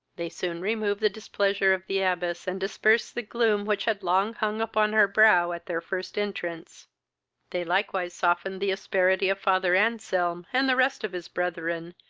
they soon removed the displeasure of the abbess, and dispersed the gloom, which had long hung upon her brow, at their first entrance they likewise softened the asperity of father anselm, and the rest of his brethren,